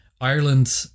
Ireland